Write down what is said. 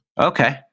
Okay